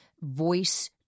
voice